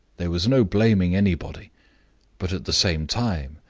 there was no blaming anybody but, at the same time,